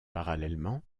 parallèlement